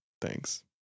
thanks